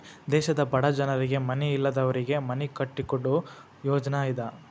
ದೇಶದ ಬಡ ಜನರಿಗೆ ಮನಿ ಇಲ್ಲದವರಿಗೆ ಮನಿ ಕಟ್ಟಿಕೊಡು ಯೋಜ್ನಾ ಇದ